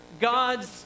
God's